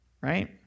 Right